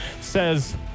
says